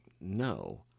no